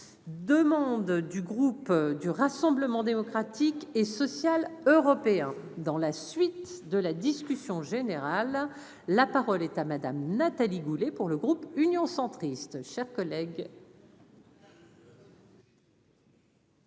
demande du groupe du Rassemblement démocratique et social européen dans la suite de la discussion générale, la parole est à madame Nathalie Goulet pour le groupe Union centriste